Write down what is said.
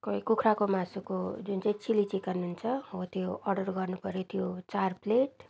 कोही कुखुराको मासुको जुन चाहिँ चिल्ली चिकन हुन्छ हो त्यो अर्डर गर्नु पर्यो त्यो चार प्लेट